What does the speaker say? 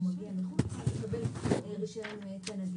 מגיע מחו"ל צריך לקבל רישיון מאת הנגיד.